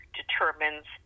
determines